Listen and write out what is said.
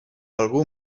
algú